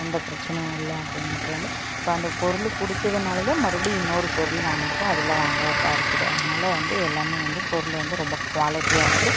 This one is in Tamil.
எந்த பிரச்சினையும் இல்லை அப்படிங்கிறது வந்து இப்போ அந்த பொருள் பிடிச்சதுனால தான் மறுபடியும் இன்னொரு பொருள் நாங்கள் இப்போ அதில் வாங்கறதா இருக்குது அதனால் வந்து எல்லாமே வந்து பொருள் வந்து ரொம்ப குவாலிட்டியாக இருக்குது